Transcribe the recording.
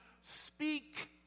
speak